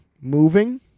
moving